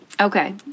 Okay